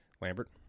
Lambert